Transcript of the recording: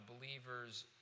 believer's